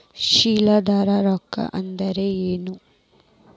ಶಿಲೇಂಧ್ರ ರೋಗಾ ಅಂದ್ರ ಏನ್?